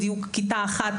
כיתה אחת